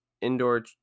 indoor